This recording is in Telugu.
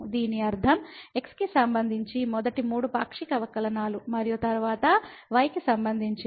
దీని అర్థం x కి సంబంధించి మొదటి మూడు పాక్షిక అవకలనాలు మరియు తరువాత y కి సంబంధించి